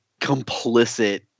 complicit